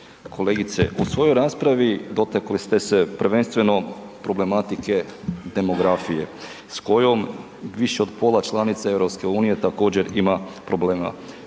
Kolegice, u svojoj raspravi dotakli ste se prvenstveno problematike demografije s kojom više od pola članica EU također ima problema,